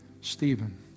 Stephen